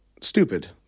Stupid